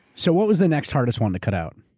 so what was the next hardest one to cut out?